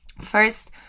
First